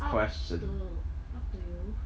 up to up to you